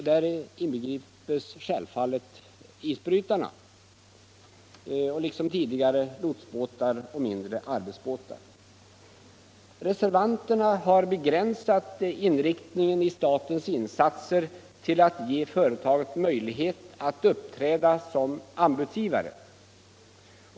Däri inbegripes självfallet isbrytarna, liksom tidigare lotsbåtar och mindre arbetsbåtar. Reservanterna har begränsat sitt krav när det gäller inriktningen i statens insatser till att ge företaget möjlighet att uppträda som anbudsgivare.